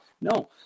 No